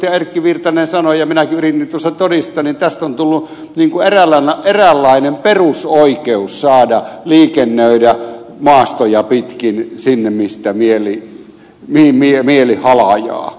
erkki virtanen sanoi ja minä pyrin nyt osat todistan että se minäkin yritin tuossa todistaa eräänlainen perusoikeus saada liikennöidä maastoja pitkin sinne mihin mieli halajaa